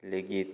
लेगीत